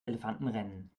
elefantenrennen